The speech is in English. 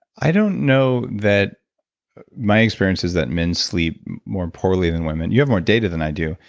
i don't know that my experience is that men sleep more poorly than women, you have more data than i do,